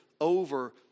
over